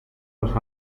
los